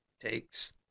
takes